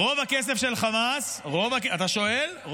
רוב הכסף של חמאס, אתה שואל?